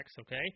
okay